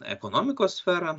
ekonomikos sfera